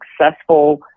successful